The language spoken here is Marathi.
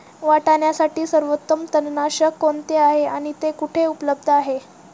वाटाण्यासाठी सर्वोत्तम तणनाशक कोणते आहे आणि ते कुठे उपलब्ध आहे?